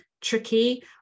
tricky